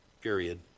period